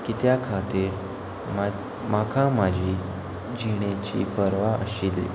कित्या खातीर म्हाका म्हाजी जिणेची परवा आशिल्ली